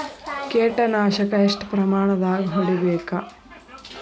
ಕೇಟ ನಾಶಕ ಎಷ್ಟ ಪ್ರಮಾಣದಾಗ್ ಹೊಡಿಬೇಕ?